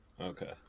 Okay